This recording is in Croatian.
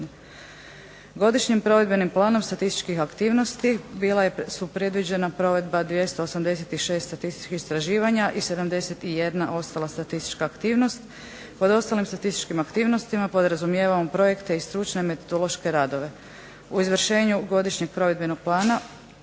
Godišnjim provedbenim planom statističkih aktivnosti bila su predviđena provedba 286 statističkih istraživanja i 71 ostala statistička aktivnost. Pod ostalim statističkim aktivnostima podrazumijevamo projekte i stručne metodološke radove. U izvršenju godišnjeg provedbenog plana